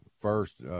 first –